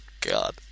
God